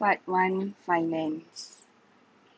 part one finance